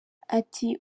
ati